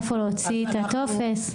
איפה להוציא את הטופס?